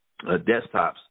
desktops